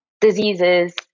diseases